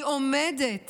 היא עומדת